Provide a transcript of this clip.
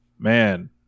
Man